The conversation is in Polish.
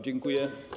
Dziękuję.